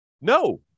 No